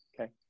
Okay